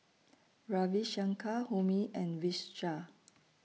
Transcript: Ravi Shankar Homi and Vishal